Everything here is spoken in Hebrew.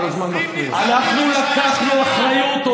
אנחנו לקחנו אחריות.